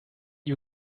you